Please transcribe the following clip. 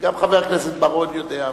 גם חבר הכנסת בר-און יודע,